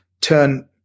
Turn